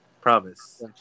promise